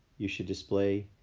you should display